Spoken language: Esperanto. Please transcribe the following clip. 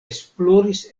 esploris